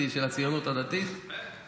הציונות הדתית, ברוך השם, זכיתי.